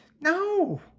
No